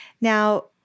Now